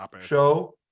show